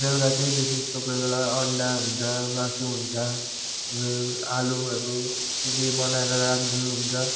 बेलुका चाहिँ बेसीजस्तो कोही बेला अन्डा हुन्छ मासु हुन्छ आलुहरू के के बनाएर राखिदिनु हुन्छ